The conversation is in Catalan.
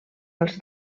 als